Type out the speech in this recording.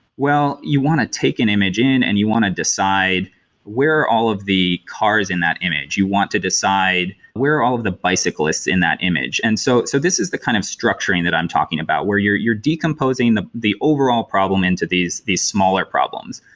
well, you want to take an image in and you want to decide where all of the cars in that image. you want to decide where are all the bicyclists in that image? and so so this is the kind of structuring that i'm talking about, where you're you're decomposing the the overall problem into these these smaller problems.